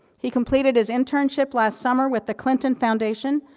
he completed his internship last summer, with the clinton foundation,